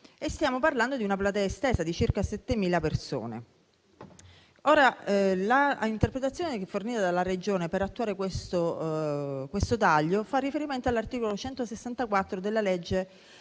Stiamo parlando di una platea estesa, di circa 7.000 persone. L'interpretazione fornita dalla Regione per attuare questo taglio fa riferimento all'articolo 164 della legge